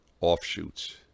offshoots